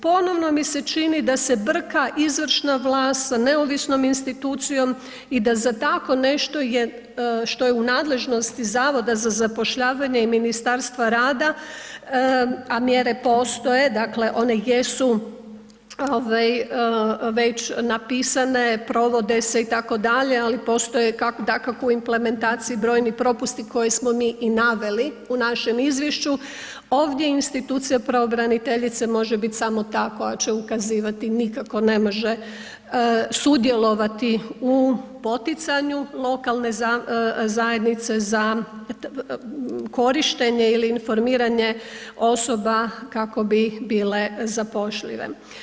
Ponovno mi se čini da se brka izvršna vlast sa neovisnom institucijom i da za tako nešto što je u nadležnosti Zavoda za zapošljavanje i Ministarstva rada a mjere postoje, dakle one jesu već napisane, provode se itd., ali postoje dakako u implementaciji brojni propusti koje smo mi i naveli u našem izvješću, ovdje institucija pravobraniteljice može biti samo ta koja će ukazivati nikako ne može sudjelovati u poticanju lokalne zajednice za korištenje ili informiranje osoba kako bi bile zapošljive.